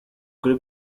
kuri